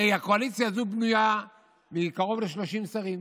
הרי הקואליציה הזו בנויה מקרוב ל-30 שרים,